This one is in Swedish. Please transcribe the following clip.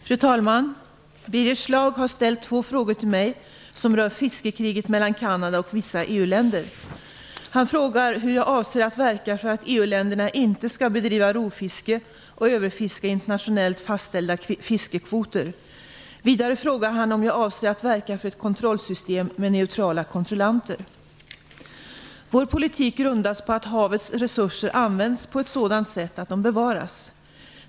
Fru talman! Birger Schlaug har ställt två frågor till mig som rör fiskekriget mellan Kanada och vissa EU länder. Han frågar hur jag avser att verka för att EU länderna inte skall bedriva rovfiske och överfiska internationellt fastställda fiskekvoter. Vidare frågar han om jag avser att verka för ett kontrollsystem med neutrala kontrollanter. Vår politik grundas på att havets resurser används på ett sådant sätt att de bevaras.